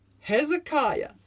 Hezekiah